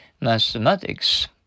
Mathematics